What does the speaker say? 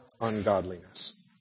ungodliness